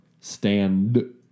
Stand